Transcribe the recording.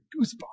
goosebumps